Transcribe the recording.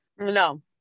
No